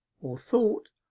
or thought,